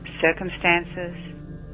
circumstances